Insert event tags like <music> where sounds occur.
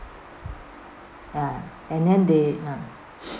ya and then they ah <noise>